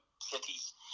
cities